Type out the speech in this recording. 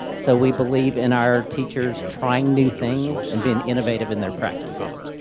so we believe in our teachers trying new things and being innovative in their practices.